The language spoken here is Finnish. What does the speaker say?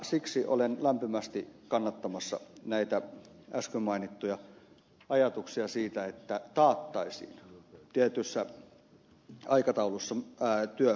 siksi olen lämpimästi kannattamassa näitä äsken mainittuja ajatuksia siitä että taattaisiin tietyssä aikataulussa työ perusoikeutena